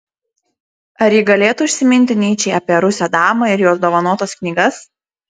ar ji galėtų užsiminti nyčei apie rusę damą ir jos dovanotas knygas